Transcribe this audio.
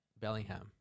Bellingham